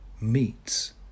meets